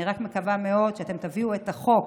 אני רק מקווה מאוד שאתם תביאו את החוק